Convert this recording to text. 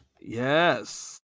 Yes